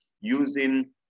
using